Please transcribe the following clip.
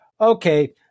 okay